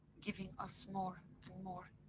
giving us more and more,